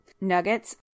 nuggets